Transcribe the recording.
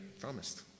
promised